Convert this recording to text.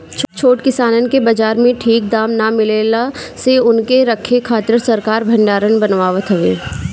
छोट किसान के बाजार में ठीक दाम ना मिलला से उनके रखे खातिर सरकार भडारण बनावत हवे